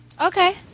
Okay